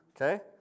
Okay